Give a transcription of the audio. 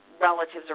relatives